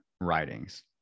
writings